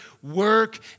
Work